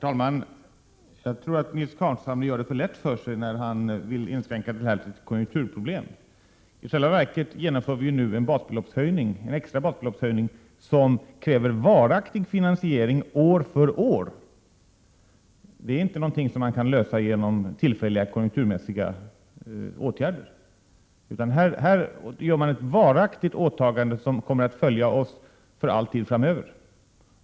Herr talman! Nils Carlshamre gör det för lätt för sig, när han vill inskränka detta till ett konjunkturproblem. I själva verket genomförs nu en extra basbeloppshöjning, som kräver varaktig finansiering år för år. Det är inte någonting som kan lösas genom tillfälliga, konjunkturmässiga åtgärder, utan det är ett varaktigt åtagande som görs och som kommer att följa oss för all tid framöver.